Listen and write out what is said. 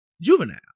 juvenile